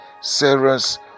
Sarah's